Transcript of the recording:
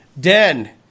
Den